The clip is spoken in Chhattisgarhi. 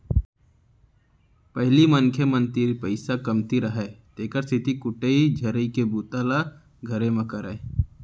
पहिली मनखे मन तीर पइसा कमती रहय तेकर सेती कुटई छरई के बूता ल घरे म करयँ